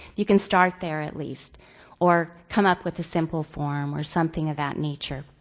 you can start there at least or come up with a simple form or something of that nature